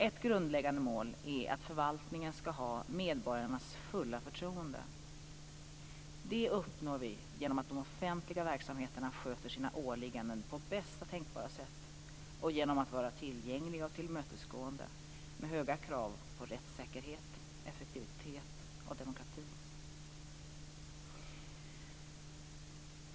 Ett grundläggande mål är att förvaltningen skall ha medborgarnas fulla förtroende. Det uppnår vi genom att de offentliga verksamheterna sköter sina åligganden på bästa tänkbara sätt och genom att vara tillgängliga och tillmötesgående med höga krav på rättssäkerhet, effektivitet och demokrati.